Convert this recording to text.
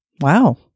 Wow